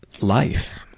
life